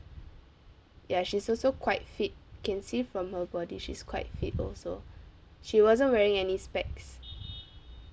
ya she's also quite fit can see from her body she's quite fit also she wasn't wearing any specs